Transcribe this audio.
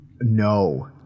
No